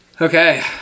Okay